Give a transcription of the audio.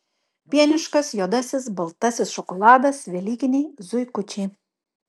pieniškas juodasis baltasis šokoladas velykiniai zuikučiai